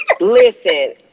Listen